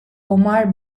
omar